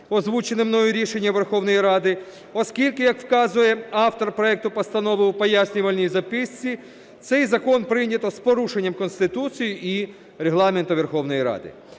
озвучене мною рішення Верховної Ради, оскільки, як вказує автор проекту Постанови у пояснювальній записці, цей закон прийнято з порушенням Конституції і Регламенту Верховної Ради.